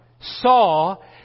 saw